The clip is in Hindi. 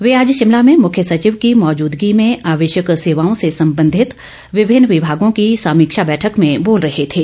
वे आज शिमला में मुख्य सचिव की मौजूदगी में आवश्यक सेवाओं से संबंधित विभिन्न विभागों की समीक्षा बैठक में बोल रहे थे